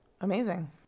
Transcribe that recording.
Amazing